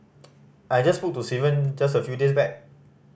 I just spoke to Steven just a few days back